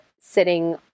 sitting